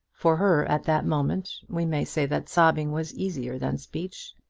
for her, at that moment, we may say that sobbing was easier than speech.